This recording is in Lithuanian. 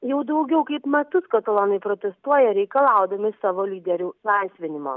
jau daugiau kaip metus katalonai protestuoja reikalaudami savo lyderių laisvinimo